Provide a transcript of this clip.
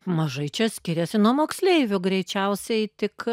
mažai čia skiriasi nuo moksleivių greičiausiai tik